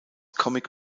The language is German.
comic